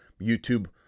YouTube